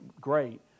great